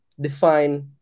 define